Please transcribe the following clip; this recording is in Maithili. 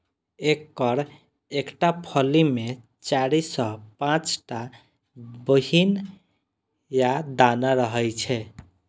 एकर एकटा फली मे चारि सं पांच टा बीहनि या दाना रहै छै